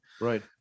Right